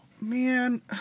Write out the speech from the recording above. Man